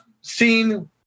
seen